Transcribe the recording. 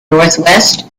northwest